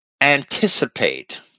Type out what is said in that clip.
anticipate